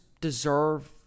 deserve